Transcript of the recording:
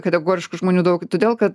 kategoriškų žmonių daug todėl kad